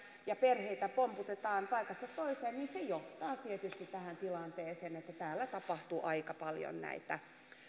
ja perhettä pompotetaan paikasta toiseen niin se johtaa tietysti tähän tilanteeseen että tapahtuu aika paljon näitä